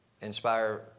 inspire